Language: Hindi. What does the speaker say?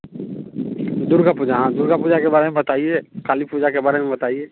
दुर्गा पूजा हाँ दुर्गा पूजा के बारे में बताइए काली पूजा के बारे में बताइए